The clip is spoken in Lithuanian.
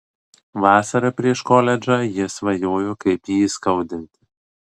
vasarą prieš koledžą ji svajojo kaip jį įskaudinti